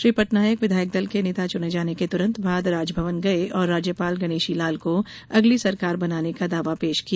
श्री पटनायक विधायक दल के चुने जाने के तुरंत बाद राजभवन गए और राज्यपाल गणेशी लाल को अगली सरकार बनाने का दावा पेश किया